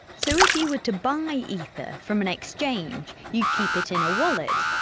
so if you were to buy ether from an exchange, you'd keep it in a wallet,